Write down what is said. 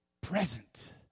Present